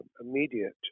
immediate